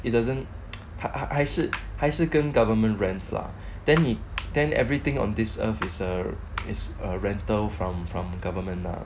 it doesn't 还是跟 government rent lah then he then everything on this earth is a is a rental from from government ah